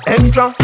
Extra